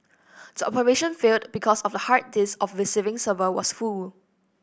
the operation failed because of hard disk of the receiving server was full